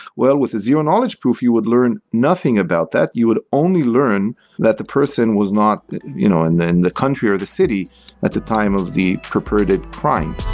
well, with a zero-knowledge proof, you would learn nothing about that. you would only learn that the person was not you know and in the country or the city at the time of the purported crime.